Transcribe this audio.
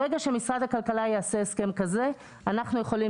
ברגע שמשרד הכלכלה יעשה הסכם כזה אנחנו יכולים